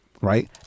Right